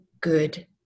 good